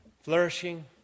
flourishing